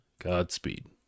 Godspeed